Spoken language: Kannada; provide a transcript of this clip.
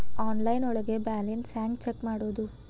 ಆನ್ಲೈನ್ ಒಳಗೆ ಬ್ಯಾಲೆನ್ಸ್ ಹ್ಯಾಂಗ ಚೆಕ್ ಮಾಡೋದು?